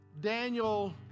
Daniel